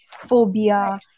phobia